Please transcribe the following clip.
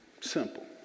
Simple